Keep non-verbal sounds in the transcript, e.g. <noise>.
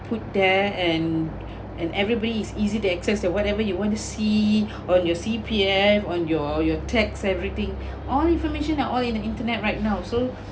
put there and <breath> and everybody is easy to access to whatever you want to see <breath> on your C_P_F on your your tax everything <breath> all information are all in the internet right now so <breath>